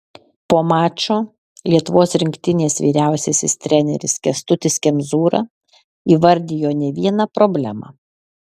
po mačo lietuvos rinktinės vyriausiasis treneris kęstutis kemzūra įvardijo ne vieną problemą